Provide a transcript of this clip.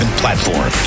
platform